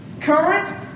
current